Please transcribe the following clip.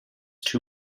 two